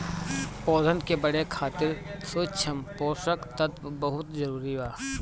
पौधन के बढ़े खातिर सूक्ष्म पोषक तत्व बहुत जरूरी बा